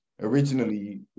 originally